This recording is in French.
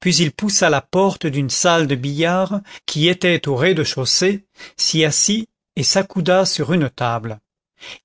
puis il poussa la porte d'une salle de billard qui était au rez-de-chaussée s'y assit et s'accouda sur une table